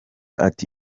ati